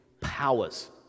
powers